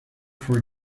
for